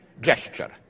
gesture